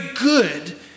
good